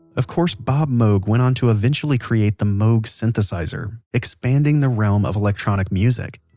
of course bob moog went on to eventually create the moog synthesizer, expanding the realm of electronic music.